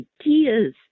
ideas